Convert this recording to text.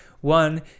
One